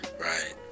right